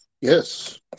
Yes